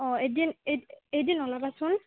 অঁ এদিন এই এদিন ওলাবাচোন